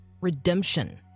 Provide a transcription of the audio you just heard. redemption